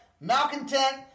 Malcontent